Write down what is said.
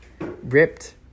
ripped